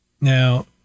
now